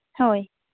ᱦᱳᱭ